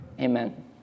amen